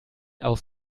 aus